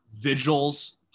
vigils